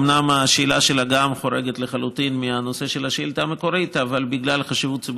אומנם גם השאלה שלה חורגת לחלוטין מהנושא של השאילתה המקורית,